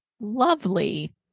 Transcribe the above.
lovely